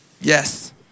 Yes